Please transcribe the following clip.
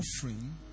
offering